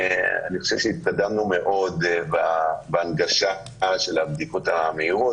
אני מבין שהתקדמנו מאוד בהנגשה של הבדיקות המהירות.